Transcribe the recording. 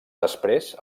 després